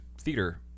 theater